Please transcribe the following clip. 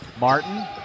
Martin